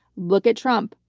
look at trump.